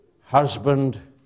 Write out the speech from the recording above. husband